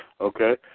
Okay